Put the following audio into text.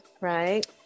right